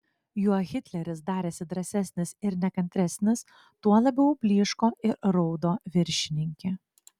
juo hitleris darėsi drąsesnis ir nekantresnis tuo labiau blyško ir raudo viršininkė